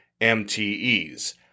MTEs